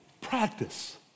practice